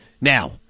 Now